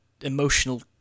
emotional